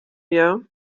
wir